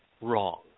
wrong